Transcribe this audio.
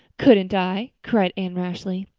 couldn't i? cried anne rashly.